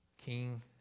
King